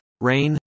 rain